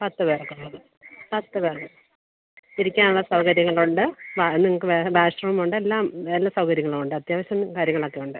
പത്ത് പേർക്കുള്ളത് പത്ത് പേർ ഇരിക്കാനുള്ള സൗകര്യങ്ങളുണ്ട് ആ നിങ്ങൾക്ക് വേറെ വാഷ് റൂമുണ്ട് എല്ലാം എല്ലാ സൗകര്യങ്ങളുണ്ട് അത്യാവശ്യം കാര്യങ്ങളൊക്കെ ഉണ്ട്